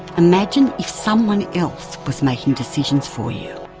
imagine if someone else was making decisions for you.